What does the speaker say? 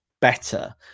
better